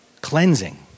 cleansing